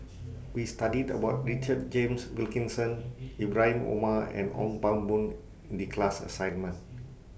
We studied about Richard James Wilkinson Ibrahim Omar and Ong Pang Boon in class assignment